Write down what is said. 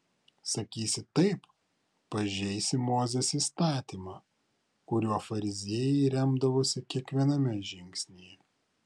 sakysi taip pažeisi mozės įstatymą kuriuo fariziejai remdavosi kiekviename žingsnyje